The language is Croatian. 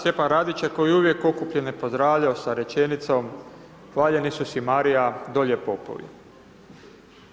Stjepan Radić koji je uvijek okupljene pozdravljao sa rečenicom: „Hvaljen Isus i Marija, dolje popovi.